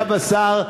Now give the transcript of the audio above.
מחירי הבשר,